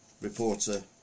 reporter